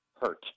hurt